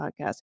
podcast